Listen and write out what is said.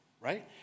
Right